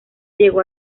llegó